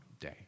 Day